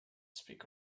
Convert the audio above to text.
speak